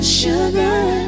sugar